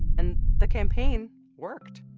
and the campaign worked.